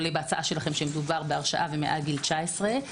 שמדובר בהרשעה ומעל גיל 19,